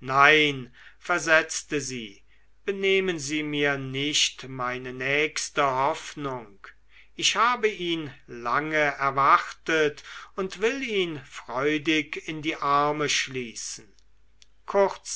nein versetzte sie benehmen sie mir nicht meine nächste hoffnung ich habe ihn lange erwartet und will ihn freudig in die arme schließen kurz